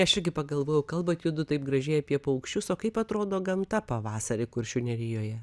aš irgi pagalvojau kalbat judu taip gražiai apie paukščius o kaip atrodo gamta pavasarį kuršių nerijoje